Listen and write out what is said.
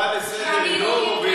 ברור שהצעה לסדר-היום היא לא שאילתה.